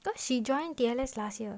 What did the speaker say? cause she joined D_L_S last year